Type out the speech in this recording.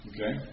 Okay